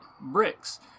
bricks